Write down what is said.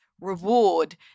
reward